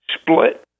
split